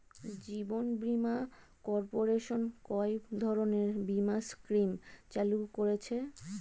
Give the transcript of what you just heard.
জীবন বীমা কর্পোরেশন কয় ধরনের বীমা স্কিম চালু করেছে?